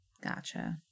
Gotcha